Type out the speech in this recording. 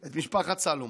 את משפחת סולומון,